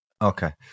Okay